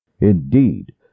Indeed